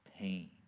pain